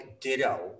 ditto